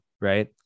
right